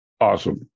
Awesome